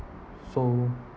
so